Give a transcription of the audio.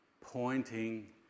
pointing